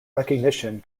recognition